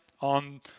on